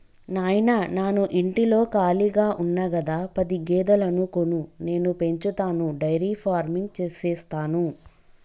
నాయిన నాను ఇంటిలో కాళిగా ఉన్న గదా పది గేదెలను కొను నేను పెంచతాను డైరీ ఫార్మింగ్ సేస్తాను